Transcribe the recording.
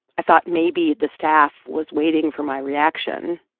i thought maybe the staff was waiting for my reaction.